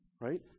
Right